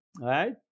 right